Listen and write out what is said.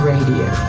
Radio